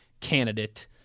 candidate